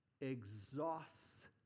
exhausts